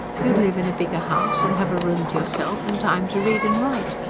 you'd live in a bigger house, and have a room to yourself and time to read and write.